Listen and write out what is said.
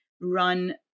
run